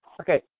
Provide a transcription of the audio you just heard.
okay